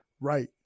right